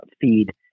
feed